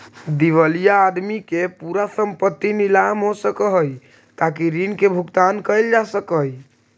दिवालिया आदमी के पूरा संपत्ति नीलाम हो सकऽ हई ताकि ऋण के भुगतान कैल जा सकई